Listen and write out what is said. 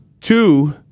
two